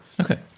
Okay